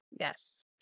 Yes